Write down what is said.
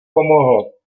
pomohl